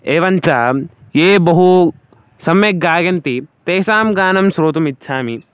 एवञ्च ये बहु सम्यक् गायन्ति तेषां गानं श्रोतुम् इच्छामि